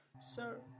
Sir